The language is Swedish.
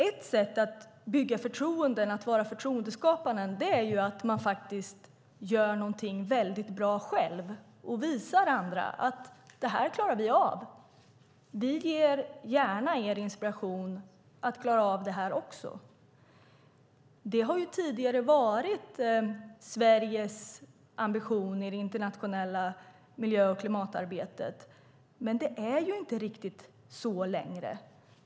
Ett sätt att bygga förtroenden och att vara förtroendeskapande är att vi själva gör någonting väldigt bra och visar andra att vi klarar av detta och att vi gärna ger andra inspiration att också klara av det. Det har tidigare varit Sveriges ambition i det internationella miljö och klimatarbetet. Men det är inte riktigt så längre.